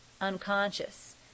unconscious